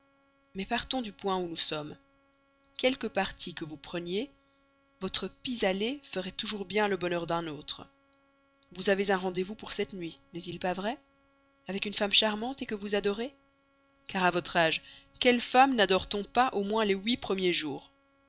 mais partons du point où nous sommes quelque parti que vous preniez votre pis-aller ferait toujours bien le bonheur d'un autre vous avez un rendez-vous pour cette nuit n'est-il pas vrai avec une femme charmante que vous adorez car à votre âge quelle femme nadore t on pas au moins les huit premiers jours